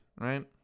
right